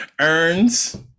earns